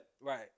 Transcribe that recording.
Right